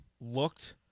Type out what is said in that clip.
looked